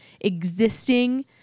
existing